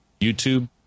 YouTube